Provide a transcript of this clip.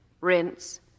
Rinse